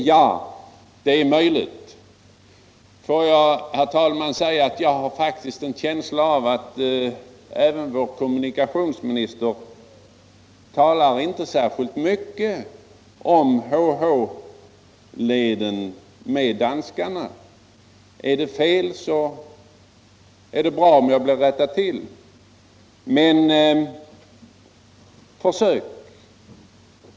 Ja, det är möjligt, men jag har faktiskt en känsla av att inte heller vår kommunikationsminister har talat särskilt mycket om HH leden med danskarna. Är det fel så är det bra om jag blir rättad. Men försök tala om HH-leden!